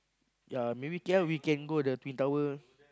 yea maybe K_L we can go the twin tower